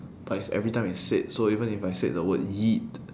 but it's every time it's said so even if I said the word yeet